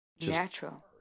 Natural